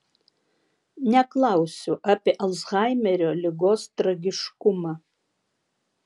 neklausiu apie alzhaimerio ligos tragiškumą